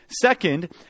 second